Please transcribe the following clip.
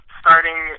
starting